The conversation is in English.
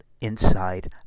inside